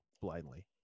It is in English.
blindly